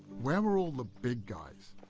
where were all the big guys?